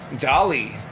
Dolly